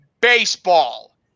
baseball